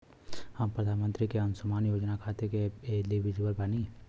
हम प्रधानमंत्री के अंशुमान योजना खाते हैं एलिजिबल बनी?